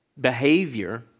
behavior